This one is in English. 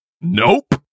Nope